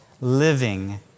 living